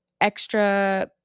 extra